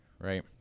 right